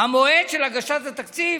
המועד של הגשת התקציב?